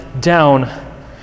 down